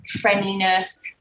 friendliness